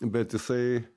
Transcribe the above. bet jisai